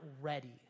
ready